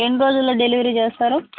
ఎన్ని రోజుల్లో డెలివరీ చేస్తారు